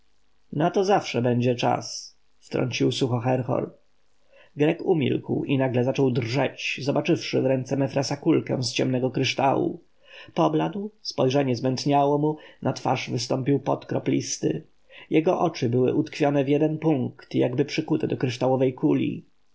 na to zawsze będzie czas wtrącił surowo herhor grek umilkł i nagle zaczął drżeć zobaczywszy w ręce mefresa kulkę z ciemnego kryształu pobladł spojrzenie zmętniało mu na twarz wystąpił pot kroplisty jego oczy były utkwione w jeden punkt jakby przykute do kryształowej kuli